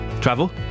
travel